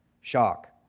shock